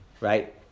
right